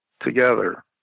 together